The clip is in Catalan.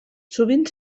sovint